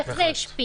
איך זה השפיע,